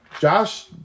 Josh